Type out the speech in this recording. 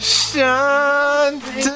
shine